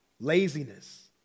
Laziness